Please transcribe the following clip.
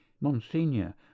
Monsignor